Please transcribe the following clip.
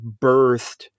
birthed